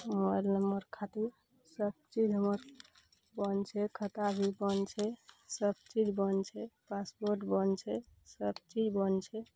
mobile number खातिर सब चीज हमर बन्द छै खाता भी बन्द छै सब चीज बन्द छै पासपोर्ट बन्द छै सब चीज बन्द छै